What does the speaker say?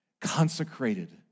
consecrated